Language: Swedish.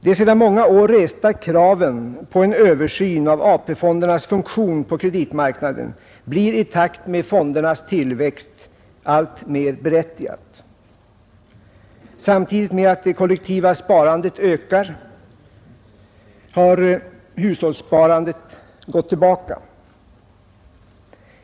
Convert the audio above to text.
De sedan många år resta kraven på en översyn av AP-fondernas funktion på kreditmarknaden blir i takt med fondernas tillväxt alltmer berättigade. Samtidigt som det kollektiva sparandet ökat har hushållssparandet gått tillbaka.